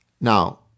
Now